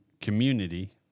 Community